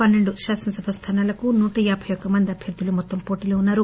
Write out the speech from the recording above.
పన్నెండు శాసనసభ స్థానాలకు నూటయాబైఒక్క మంది అభ్యర్థులు మొత్తం వోటీలో ఉన్నారు